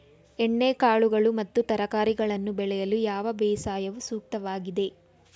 ಎಣ್ಣೆಕಾಳುಗಳು ಮತ್ತು ತರಕಾರಿಗಳನ್ನು ಬೆಳೆಯಲು ಯಾವ ಬೇಸಾಯವು ಸೂಕ್ತವಾಗಿದೆ?